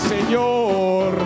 Señor